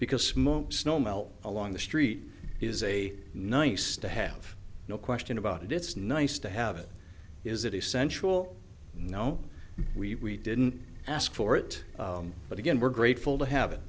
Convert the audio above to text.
because smoke snow melt along the street is a nice to have no question about it it's nice to have it is that essential no we didn't ask for it but again we're grateful to have it